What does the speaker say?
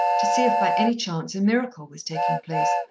to see if by any chance a miracle was taking place,